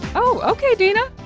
so ok, dina.